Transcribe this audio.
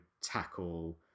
tackle